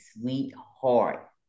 sweetheart